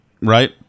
right